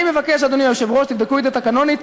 אני מבקש, אדוני היושב-ראש, תבדקו את זה תקנונית.